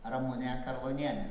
ramunė karlonienė